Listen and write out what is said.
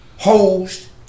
Hosed